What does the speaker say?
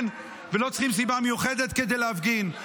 לא צריכים סיבה מיוחדת כדי להפגין.